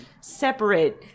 separate